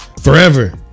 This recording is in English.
forever